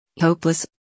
Hopeless